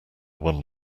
one